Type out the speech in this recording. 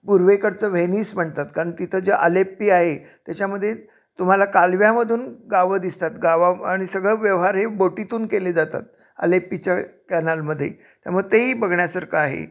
पूर्वेकडचं Venice म्हणतात कारण तिथं जे आलेपी आहे त्याच्यामध्ये तुम्हाला कालव्यामधून गावं दिसतात गावा आणि सगळं व्यवहार हे बोटीतून केले जातात आलेपीच्या कॅनालमध्ये त्यामुळे तेही बघण्यासारखं आहे